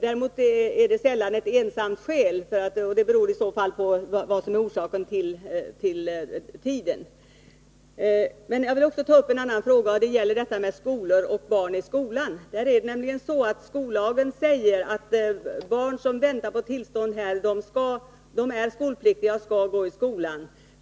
Däremot är vistelsetiden sällan ett ensamt skäl. När så är fallet beror det på att man har tagit hänsyn till orsaken till vistelsen. Jag vill också ta upp en annan fråga. och den gäller barn i skolan. Skollagen säger nämligen att barn som väntar på tillstånd och som är skolpliktiga skall gå i skolan.